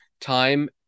time